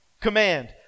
command